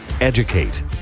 educate